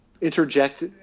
interject